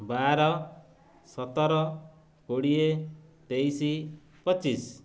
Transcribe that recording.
ବାର ସତର କୋଡ଼ିଏ ତେଇଶି ପଚିଶ